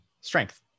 strength